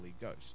Ghost